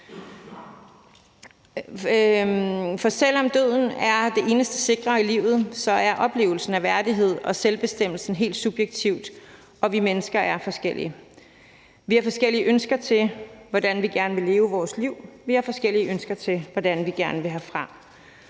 For selv om døden er det eneste sikre i livet, er oplevelsen af værdighed og selvbestemmelse helt subjektiv, og vi mennesker er forskellige. Vi har forskellige ønsker til, hvordan vi gerne vil leve vores liv. Vi har forskellige ønsker til, hvordan vi gerne vil herfra.